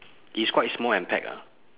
it's quite small and packed ah